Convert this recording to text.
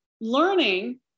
learning